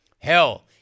Hell